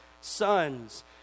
sons